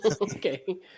Okay